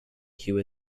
hue